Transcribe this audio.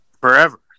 Forever